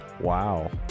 Wow